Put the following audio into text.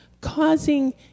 causing